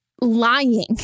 lying